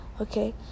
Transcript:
okay